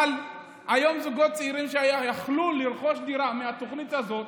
אבל היום זוגות צעירים שיכלו לרכוש דירה מהתוכנית הזאת,